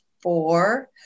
four